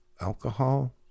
alcohol